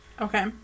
Okay